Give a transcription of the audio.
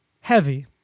heavy